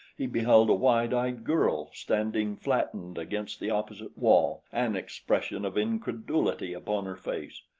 he beheld a wide-eyed girl standing flattened against the opposite wall, an expression of incredulity upon her face.